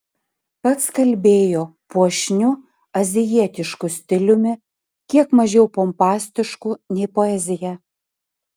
pats kalbėjo puošniu azijietišku stiliumi kiek mažiau pompastišku nei poezija